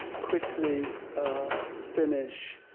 quickly ah finish.